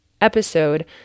episode